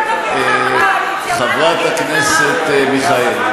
חבר הכנסת לפיד,